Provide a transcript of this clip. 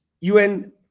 UN